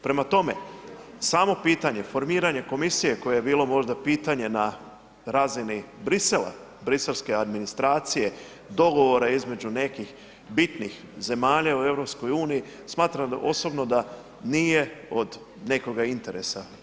Prema tome, samo pitanje formiranje komisije koje je bilo možda pitanje na razini Bruxellesa, briselske administracije, dogovora između nekih bitnih zemalja u EU, smatram osobno da nije od nekoga interesa.